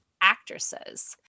actresses